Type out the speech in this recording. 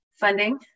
funding